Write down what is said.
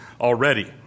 already